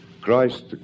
Christ